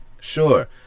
Sure